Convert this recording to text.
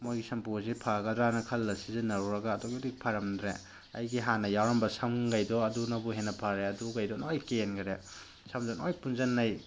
ꯃꯣꯏꯒꯤ ꯁꯝꯄꯨ ꯑꯁꯦ ꯐꯒꯗ꯭ꯔꯥꯅ ꯈꯜꯂꯒ ꯁꯤꯖꯤꯟꯅꯔꯨꯔꯒ ꯑꯗꯨꯛꯀꯤ ꯃꯇꯤꯛ ꯐꯔꯝꯗ꯭ꯔꯦ ꯑꯩꯒꯤ ꯍꯥꯟꯅ ꯌꯥꯎꯔꯝꯕ ꯁꯝꯈꯩꯗꯣ ꯑꯗꯨꯅꯕꯨ ꯍꯦꯟꯅ ꯐꯔꯦ ꯑꯗꯨꯈꯩꯗꯣ ꯂꯣꯏꯅ ꯀꯦꯟꯈꯔꯦ ꯁꯝꯁꯦ ꯂꯣꯏꯅ ꯄꯨꯟꯁꯤꯟꯅꯩ